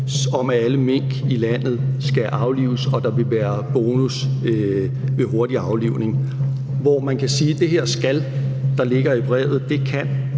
at alle mink i landet skal aflives, og at der vil være bonus ved hurtig aflivning, hvor man kan sige, at det her »skal«, der ligger i brevet, kan,